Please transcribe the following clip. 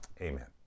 amen